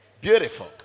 Beautiful